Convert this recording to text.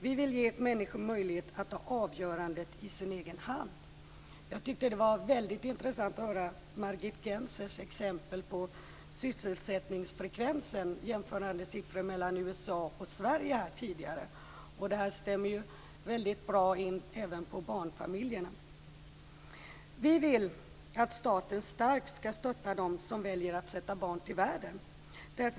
Vi vill ge människor möjlighet att ha avgörandet i sin egen hand. Det var intressant att höra Margit Gennsers exempel på sysselsättningsfrekvensen, jämförande siffror mellan USA och Sverige. De stämmer bra in på barnfamiljerna. Vi vill att staten starkt skall stötta dem som väljer att sätta barn till världen.